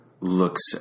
looks